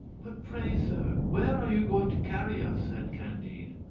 but pray, sir, where are you going to carry us? said candide.